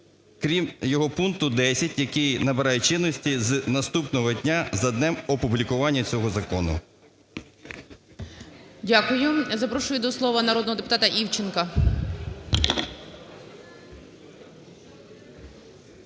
крім його пункту 10, який набирає чинності з наступного дня за днем опублікування цього закону". ГОЛОВУЮЧИЙ. Дякую. Запрошую до слова народного депутата Івченка.